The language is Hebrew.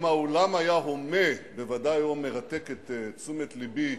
אם האולם היה הומה, בוודאי, או מרתק את תשומת לבי,